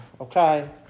okay